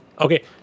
Okay